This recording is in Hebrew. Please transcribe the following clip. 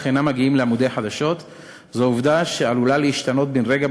אינם מגיעים לעמודי החדשות עלולה להשתנות בן-רגע,